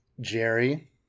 Jerry